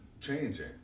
changing